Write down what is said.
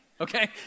okay